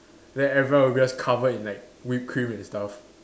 then everyone will just cover in like whipped cream and stuff